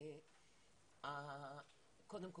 קודם כל,